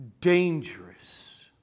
dangerous